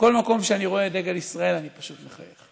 בכל מקום שאני רואה את דגל ישראל אני פשוט מחייך.